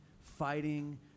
fighting